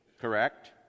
Correct